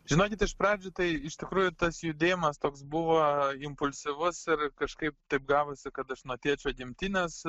žinokit iš pradžių tai iš tikrųjų tas judėjimas toks buvo impulsyvus ir kažkaip taip gavosi kad aš nuo tėčio gimtinės